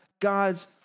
God's